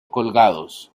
colgados